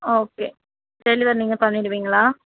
okay deliver நீங்கள் பண்ணிவிடுவீங்களா